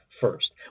first